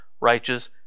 righteous